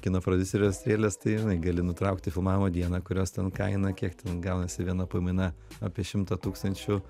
kino prodiuserio strėles tai žinai gali nutraukti filmavimo dieną kurios ten kaina kiek ten gaunasi viena pamaina apie šimtą tūkstančių